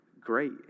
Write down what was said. great